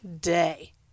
day